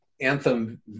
Anthem